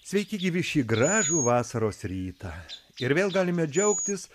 sveiki gyvi šį gražų vasaros rytą ir vėl galime džiaugtis